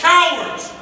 Cowards